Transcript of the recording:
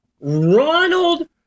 Ronald